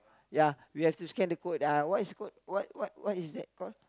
ya we have to scan the code ya what is called what what what is called